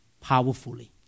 powerfully